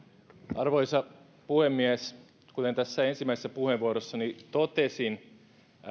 arvoisa puhemies kuten tässä ensimmäisessä puheenvuorossani totesin